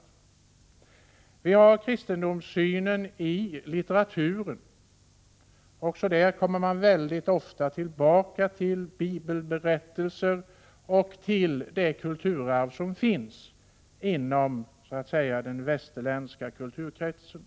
När det gäller kristendomssynen i litteraturen kommer man ofta tillbaka till bibelberättelser och till det kulturarv som finns inom den västerländska kulturkretsen.